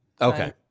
Okay